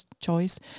choice